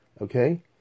okay